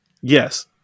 Yes